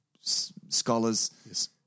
scholars